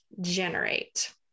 generate